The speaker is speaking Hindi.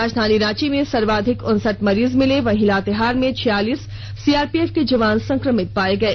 राजधानी रांची में सर्वाधिक उनसठ मरीज मिले वहीं लातेहार में छियालीस सीआरपीएफ के जवान संक्रमित पाये गये